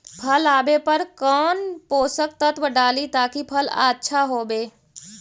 फल आबे पर कौन पोषक तत्ब डाली ताकि फल आछा होबे?